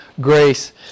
grace